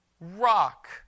rock